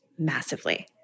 massively